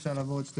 בשנת